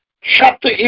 chapter